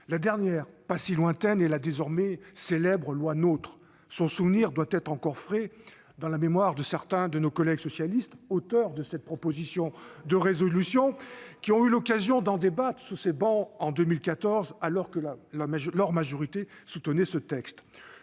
La dernière, pas si lointaine, est la désormais célèbre loi NOTRe. Son souvenir doit être encore frais ... Et douloureux !... dans la mémoire de certains de nos collègues socialistes auteurs de cette proposition de résolution qui ont eu l'occasion d'en débattre sur ces travées en 2014, alors que leur majorité soutenait ce texte.